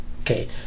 okay